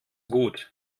gut